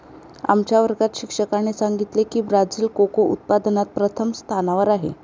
आमच्या वर्गात शिक्षकाने सांगितले की ब्राझील कोको उत्पादनात प्रथम स्थानावर आहे